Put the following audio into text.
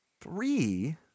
Three